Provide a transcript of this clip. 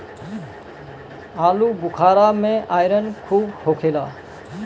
आलूबुखारा में आयरन खूब होखेला